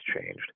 changed